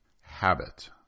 habit